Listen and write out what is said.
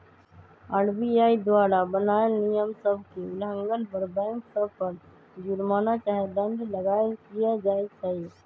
RBI द्वारा बनाएल नियम सभ के उल्लंघन पर बैंक सभ पर जुरमना चाहे दंड लगाएल किया जाइ छइ